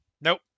Nope